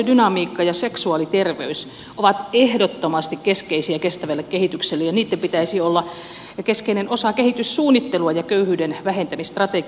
väestödynamiikka ja seksuaaliterveys ovat ehdottomasti keskeisiä kestävälle kehitykselle ja niitten pitäisi olla keskeinen osa kehityssuunnittelua ja köyhyyden vähentämisstrategioita